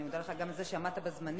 אני מודה לך גם על זה שעמדת בזמנים.